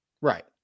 right